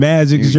Magic